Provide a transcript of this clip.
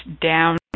down